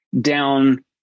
down